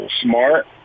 smart